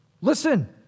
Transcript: Listen